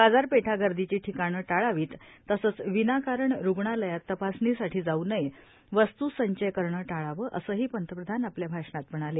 बाजारपेठा गर्दीची ठिकाणं टाळावित तसंच विनाकारण रुग्णालयात तपासणीसाठी जाऊ नये वस्तूसंचय करणं टाळावं असंही पंतप्रधान आपल्या भाषणात म्हणाले